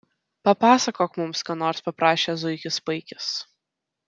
papasakok mums ką nors paprašė zuikis paikis